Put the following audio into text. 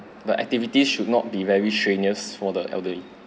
the activities should not be very strenuous for the elderly